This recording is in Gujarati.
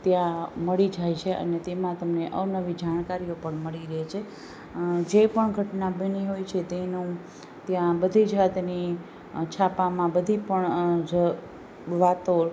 ત્યાં મળી જાય છે અને તેમાં તમને અવનવી જાણકારીઓ પણ મળી રહે છે જે પણ ઘટના બની હોય છે તેનું ત્યાં બધી જાતની છાપામાં બધી પણ જ વાતો